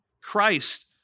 Christ